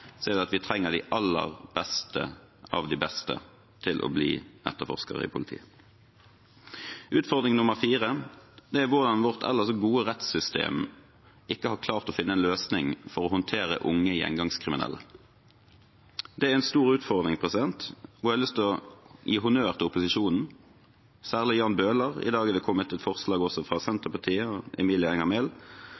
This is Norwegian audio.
så gode rettssystem ikke har klart å finne en løsning for å håndtere unge gjengangerkriminelle. Det er en stor utfordring, og jeg har lyst til å gi honnør til opposisjonen, særlig Jan Bøhler. I dag er det kommet forslag fra